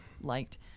liked